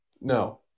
No